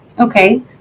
Okay